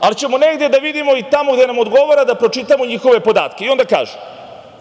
ali ćemo negde da vidimo i tamo gde nam odgovara da pročitamo njihove podatke. Onda kažu,